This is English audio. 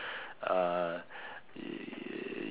uh